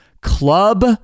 club